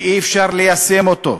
שאי-אפשר ליישם אותו,